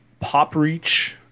PopReach